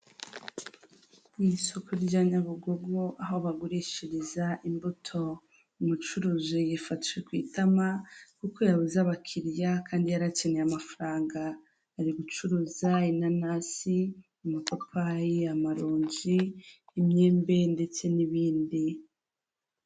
Mu isoko rya Nyabugogo aho bagurishiriza imbuto, umucuruzi yifashi ku itama kuko yabuze abakiriya kandi yari akeneye amafaranga, ari gucuruza inanasi, amapapayi, amaronji, imyembe, ndetse n'ibindi.